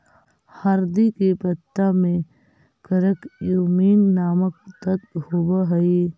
हरदी के पत्ता में करक्यूमिन नामक तत्व होब हई